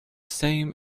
same